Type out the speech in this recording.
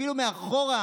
אפילו מאחור,